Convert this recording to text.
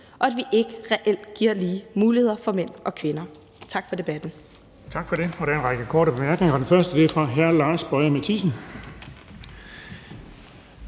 og at vi ikke reelt giver lige muligheder for mænd og kvinder. Tak for debatten.